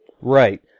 Right